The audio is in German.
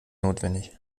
notwendig